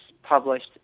published